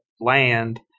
land